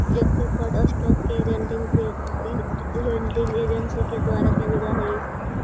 preferred stock के rating credit rating agency के द्वारा कैल जा हइ